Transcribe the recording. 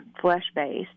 flesh-based